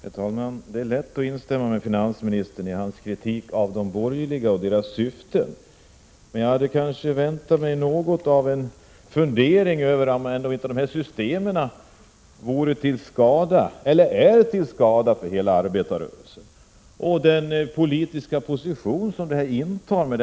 Herr talman! Det är lätt att instämma med finansministern i hans kritik av de borgerliga och deras syften. Men jag hade nog också väntat mig att få höra en fundering över om inte vinstandelssystemen är till skada för hela arbetarrörelsen, med tanke på den politiska position som de här systemen intar.